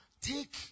Take